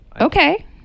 Okay